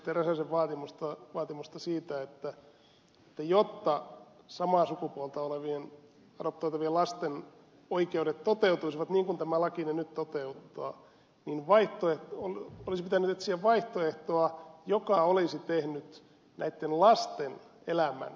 räsäsen vaatimusta siitä että jotta samaa sukupuolta olevien parien lasten oikeudet toteutuisivat niin kuin tämä laki ne nyt toteuttaa niin olisi pitänyt etsiä vaihtoehtoa joka olisi tehnyt näitten lasten elämän hankalammaksi